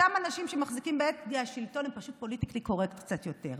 אותם אנשים שמחזיקים בהגה השלטון הם פשוט פוליטיקלי קורקט קצת יותר,